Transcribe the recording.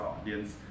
audience